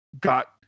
got